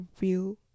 real